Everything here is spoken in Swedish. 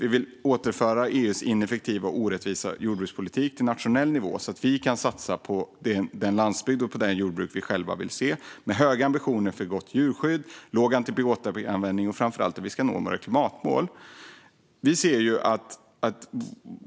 Vi vill återföra EU:s ineffektiva och orättvisa jordbrukspolitik till nationell nivå så att vi kan satsa på den landsbygd och det jordbruk som vi själva vill se, med höga ambitioner för ett gott djurskydd med låg antibiotikaanvändning och framför allt för hur vi ska nå våra klimatmål.